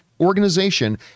organization